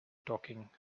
talking